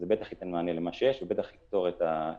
זה בטח ייתן מענה למה שיש ובטח יפתור גם את הבעיה,